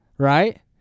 Right